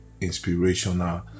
inspirational